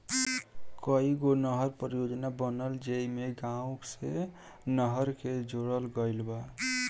कईगो नहर परियोजना बनल जेइमे गाँव से नहर के जोड़ल गईल बा